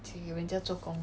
请人家做工